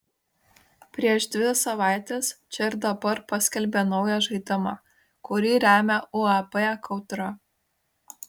prieš dvi savaites čia ir dabar paskelbė naują žaidimą kurį remia uab kautra